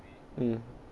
mm